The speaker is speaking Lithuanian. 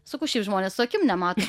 sakau šiaip žmonės su akim nemato